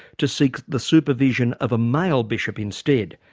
to seek the supervision of a male bishop instead.